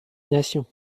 nations